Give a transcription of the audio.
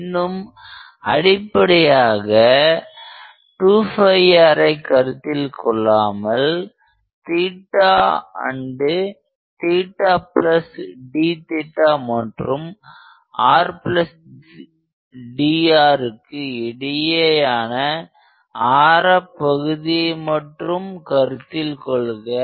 இன்னும் அடிப்படையாக 2r ஐ கருத்தில் கொள்ளாமல் dமற்றும் rdrக்கு இடையேயான ஆர பகுதியை மட்டும்கருத்தில் கொள்க